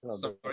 sorry